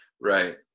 Right